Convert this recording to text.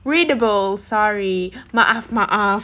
readable sorry maaf maaf